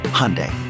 Hyundai